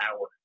hour